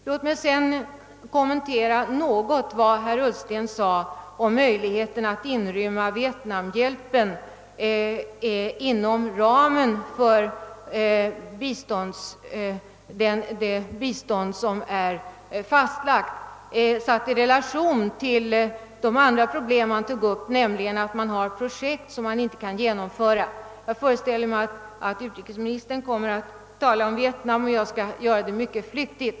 Låt mig sedan något kommentera vad herr Ullsten sade om möjligheterna att inrymma vietnamhjälpen inom ramen för det fastställda biståndet, satt i relation till det andra problem han tog upp, nämligen att det finns projekt som inte kan genomföras. Jag förutsätter att utrikesministern senare kommer att tala om Vietnam, och jag skall därför beröra den frågan mycket flyktigt.